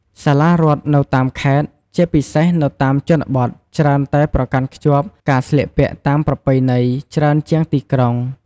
សាលារដ្ឋនៅតាមខេត្ត ជាពិសេសនៅតាមជនបទច្រើនតែប្រកាន់ខ្ជាប់ការស្លៀកពាក់តាមប្រពៃណីច្រើនជាងទីក្រុង។